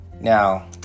Now